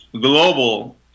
global